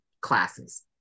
classes